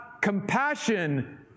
compassion